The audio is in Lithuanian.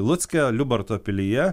lucke liubarto pilyje